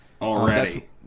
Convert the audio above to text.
already